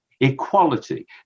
equality